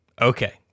Okay